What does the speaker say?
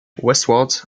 westwards